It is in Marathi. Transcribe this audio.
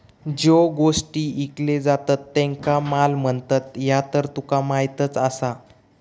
ज्यो गोष्टी ईकले जातत त्येंका माल म्हणतत, ह्या तर तुका माहीतच आसा